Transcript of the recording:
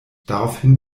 daraufhin